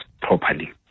properly